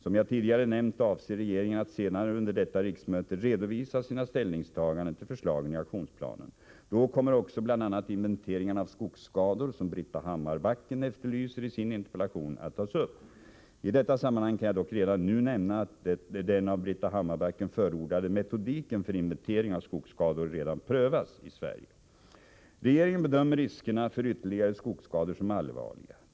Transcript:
Som jag tidigare nämnt avser regeringen att senare under detta riksmöte redovisa sina ställningstaganden till förslagen i aktionsplanen. Då kommer också bl.a. inventeringarna av skogsskador, som Britta Hammarbacken efterlyser i sin interpellation, att tas upp. I detta sammanhang kan jag dock nämna, att den av Britta Hammarbacken förordade metodiken för inventering av skogsskador redan prövas i Sverige. Regeringen bedömer riskerna för ytterligare skogsskador som allvarliga.